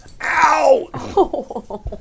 Ow